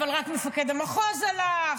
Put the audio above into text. אבל רק מפקד המחוז הלך,